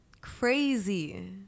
Crazy